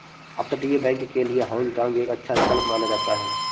अपतटीय बैंक के लिए हाँग काँग एक अच्छा विकल्प माना जाता है